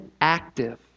active